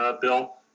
bill